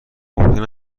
ممکن